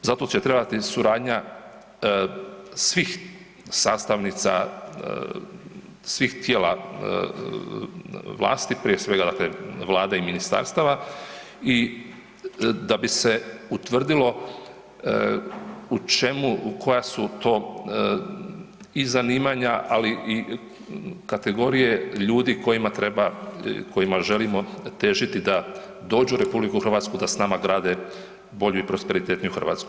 Zato će trebati suradnja svih sastavnica, svih tijela vlasti, prije svega dakle vlade i ministarstava i da bi se utvrdilo u čemu, koja su to i zanimanja, ali i kategorije ljudi kojima treba, kojima želimo težiti da dođu u RH da s nama grade bolju i prosperitetniju Hrvatsku.